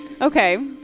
Okay